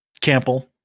campbell